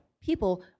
people